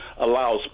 allows